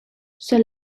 ces